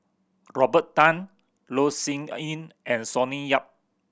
Robert Tan Loh Sin Yun and Sonny Yap